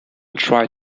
tried